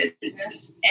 business